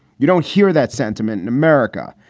you don't hear that sentiment in america.